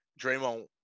Draymond